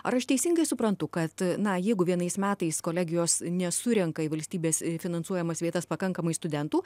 ar aš teisingai suprantu kad e na jeigu vienais metais kolegijos nesurenka į valstybės finansuojamas vietas pakankamai studentų